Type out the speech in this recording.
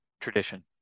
tradition